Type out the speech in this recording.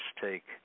take